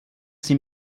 sie